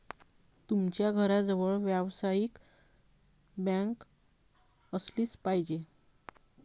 तुमच्या घराजवळ व्यावसायिक बँक असलीच पाहिजे